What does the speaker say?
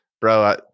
Bro